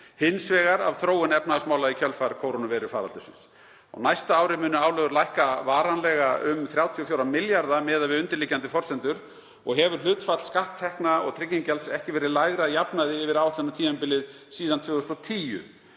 Hins vegar af þróun efnahagsmála í kjölfar kórónuveirufaraldursins. Á næsta ári munu álögur lækka varanlega um 34 milljarða miðað við undirliggjandi forsendur og hefur hlutfall skatttekna og tryggingagjalds ekki verið lægra að jafnaði yfir áætlunartímabilið síðan 2010.